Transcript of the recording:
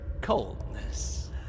coldness